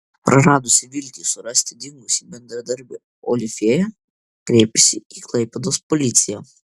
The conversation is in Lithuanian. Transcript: praradusi viltį surasti dingusį bendradarbį olifėja kreipėsi į klaipėdos policiją